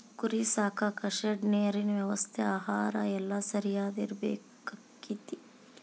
ಕುರಿ ಸಾಕಾಕ ಶೆಡ್ ನೇರಿನ ವ್ಯವಸ್ಥೆ ಆಹಾರಾ ಎಲ್ಲಾ ಸರಿಯಾಗಿ ಇರಬೇಕಕ್ಕತಿ